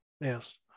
yes